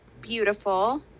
beautiful